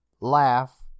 laugh